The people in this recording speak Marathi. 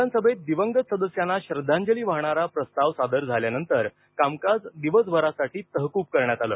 विधानसभेत दिवंगत सदस्यांना श्रद्धांजली वाहणारा प्रस्ताव सादर झाल्यानंतर कामकाज दिवसभरासाठी तहकूब करण्यात आलं